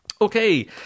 Okay